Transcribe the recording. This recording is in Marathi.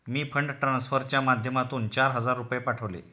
मी फंड ट्रान्सफरच्या माध्यमातून चार हजार रुपये पाठवले